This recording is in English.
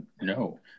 No